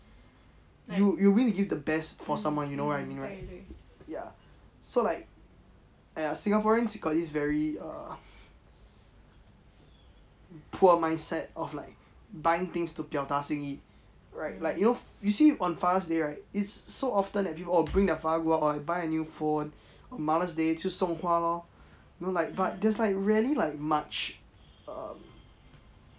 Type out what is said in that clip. you you willing to give the best for someone you know what I mean right ya so like !aiya! singaporeans got this very err poor mindset of like buying things to 表达心意 right like you know you see on father's day right it's so often that people oh bring their father go out or buy a new phone mother's day 就送花喽 you know like but there's like rarely much um